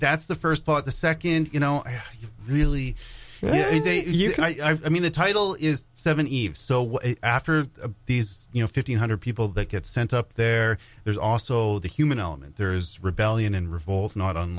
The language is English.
that's the first part the second you know really i mean the title is seven eve so what after these you know fifteen hundred people that get sent up there there's also the human element there's rebellion